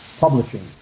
publishing